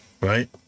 right